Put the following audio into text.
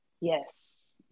yes